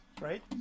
right